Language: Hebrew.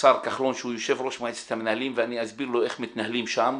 השר כחלון שהוא יושב-ראש מועצת המנהלים ואני אסביר לו איך מתנהלים שם,